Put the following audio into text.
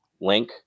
Link